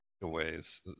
ways